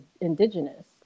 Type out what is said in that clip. indigenous